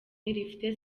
rifite